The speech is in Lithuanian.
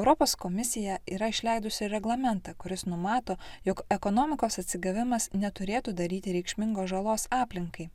europos komisija yra išleidusi reglamentą kuris numato jog ekonomikos atsigavimas neturėtų daryti reikšmingos žalos aplinkai